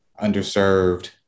underserved